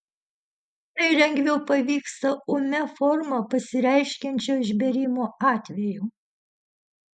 tai lengviau pavyksta ūmia forma pasireiškiančio išbėrimo atveju